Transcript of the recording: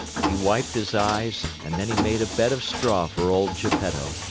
he wiped his eyes and then he made a bed of straw for old geppetto.